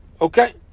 Okay